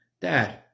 Dad